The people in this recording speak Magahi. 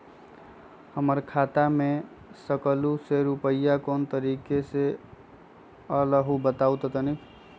हमर खाता में सकलू से रूपया कोन तारीक के अलऊह बताहु त तनिक?